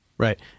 Right